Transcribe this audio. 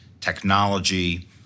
technology